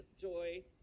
joy